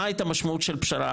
מה הייתה משמעות של פשרה?